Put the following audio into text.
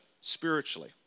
spiritually